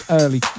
early